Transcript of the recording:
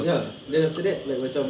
ya then after that like macam